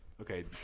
Okay